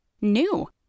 new